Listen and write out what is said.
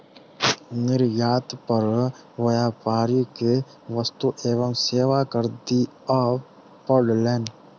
निर्यात पर व्यापारी के वस्तु एवं सेवा कर दिअ पड़लैन